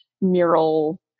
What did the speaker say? mural